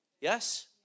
Yes